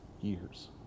years